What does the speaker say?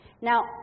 Now